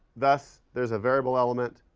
thus, there's a variable element.